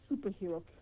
superhero